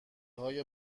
های